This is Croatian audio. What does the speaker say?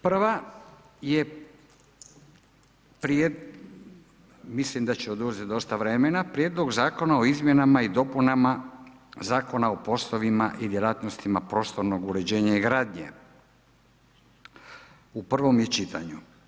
Prva je, mislim da će oduzeti dosta vremena, Prijedlog zakona o Izmjenama i dopunama Zakona o poslovima i djelatnostima prostornog uređenja i gradnje, u prvom je čitanju.